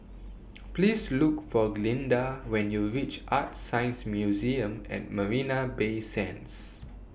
Please Look For Glynda when YOU REACH ArtScience Museum and Marina Bay Sands